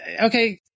okay